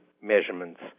measurements